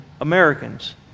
Americans